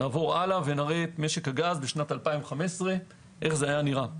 נראה את משק הגז ב-2015, איך זה היה נראה.